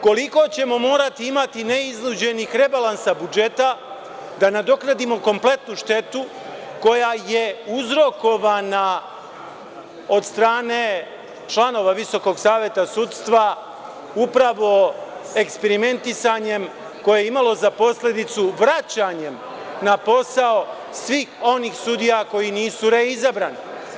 Koliko ćemo morati imati neiznuđenih rebalansa budžeta da nadoknadimo kompletnu štetu koja je uzrokovana od strane članova VSS, upravo eksperimentisanjem koje je imalo za posledicu vraćanjem na posao svih onih sudija koji nisu reizabrani.